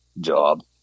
job